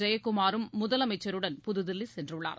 ஜெயக்குமாரும் முதலமைச்சருடன் புதுதில்லி சென்றுள்ளார்